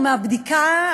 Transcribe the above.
או מהבדיקה,